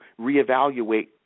reevaluate